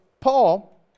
Paul